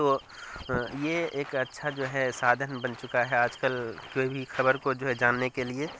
تو یہ ایک اچھا جو ہے سادھن بن چکا ہے آج کل کوئی بھی خبر کو جو ہے جاننے کے لیے